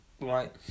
right